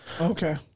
okay